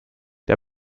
der